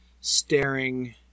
staring